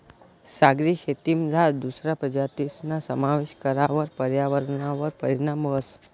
सागरी शेतीमझार दुसरा प्रजातीसना समावेश करावर पर्यावरणवर परीणाम व्हस